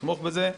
לתמוך בזה.